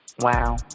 Wow